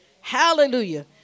Hallelujah